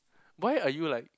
why are you like